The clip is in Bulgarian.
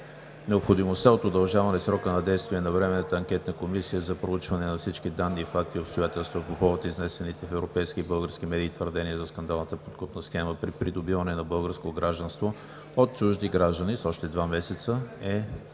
„Необходимостта от удължаване срока на действие на Временната анкетна комисия за проучване на всички данни, факти и обстоятелства по повод изнесените в европейски и български медии твърдения за скандалната подкупна схема при придобиване на българско гражданство от чужди граждани с още 2 месеца е